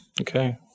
Okay